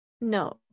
No